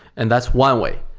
and that's one way.